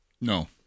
No